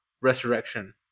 resurrection